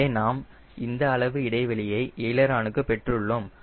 எனவே நாம் இந்த அளவு இடைவெளியை எய்லரான் க்கு பெற்றுள்ளோம்